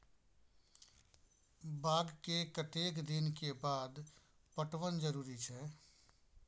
बाग के कतेक दिन के बाद पटवन जरूरी छै?